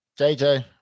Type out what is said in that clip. JJ